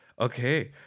Okay